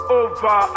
over